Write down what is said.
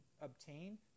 obtain